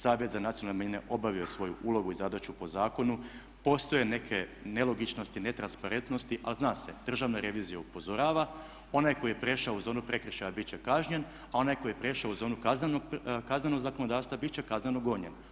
Savjet za nacionalne manjine obavio je svoju ulogu i zadaću po zakonu. postoje neke nelogičnosti, netransparentnosti ali zna se Državna revizija upozorava, onaj tko je prešao u zonu prekršaja bit će kažnjen, a onaj koji je prešao u zonu kaznenog zakonodavstva bit će kazneno gonjen.